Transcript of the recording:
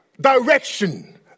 Direction